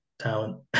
talent